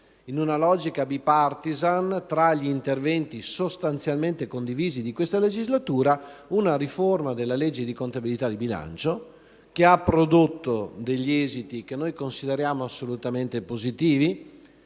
in una logica *bipartisan,* tra gli interventi sostanzialmente condivisi di questa legislatura, una riforma della legge di contabilità e di bilancio, che ha prodotto degli esiti che consideriamo assolutamente positivi,